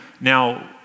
now